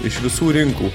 iš visų rinkų